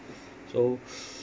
so